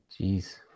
Jeez